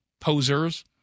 posers